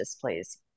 please